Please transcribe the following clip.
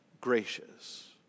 gracious